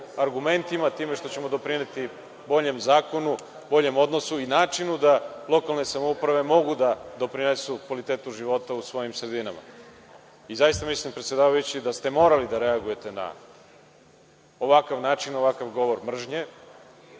argumentima time što ćemo doprineti boljem zakonu, boljem odnosu i načinu da lokalne samouprave mogu da doprinesu kvalitetu života u svojim sredinama. Zaista mislim, predsedavajući, da ste morali da reagujete na ovakav način na ovakav govor mržnje